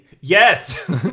yes